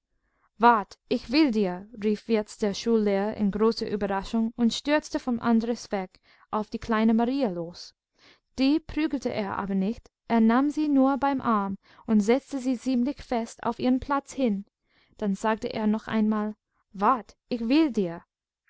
wart ich will dir rief jetzt der schullehrer in großer überraschung und stürzte vom andres weg auf die kleine marie los die prügelte er aber nicht er nahm sie nur beim arm und setzte sie ziemlich fest auf ihren platz hin dann sagte er noch einmal wart ich will dir